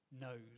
knows